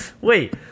wait